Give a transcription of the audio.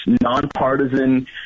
nonpartisan